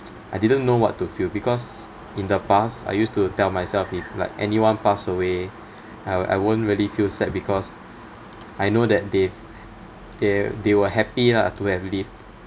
I didn't know what to feel because in the past I used to tell myself like if like anyone passed away I'll I won't really feel sad because I know that they've they they were happy lah to have lived